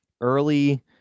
early